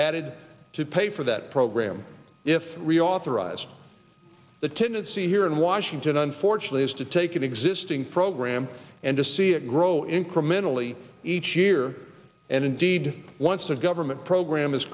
added to pay for that program if reauthorized the tendency here in washington unfortunately is to take an existing program and to see it grow incrementally each year and indeed once a government program is